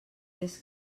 des